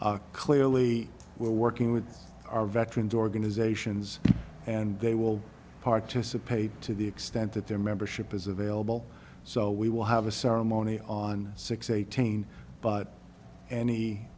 clearly we're working with our veterans organizations and they will participate to the extent that their membership is available so we will have a ceremony on six eighteen but any